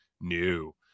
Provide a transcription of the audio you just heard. new